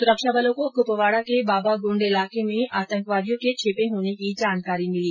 सुरक्षा बलों को कृपवाड़ा के बाबागुंड इलाके में आतंकवादियों के छिपे होने की जानकारी मिली